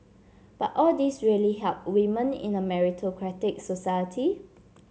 but all this really help women in a meritocratic society